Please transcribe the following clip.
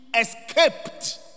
escaped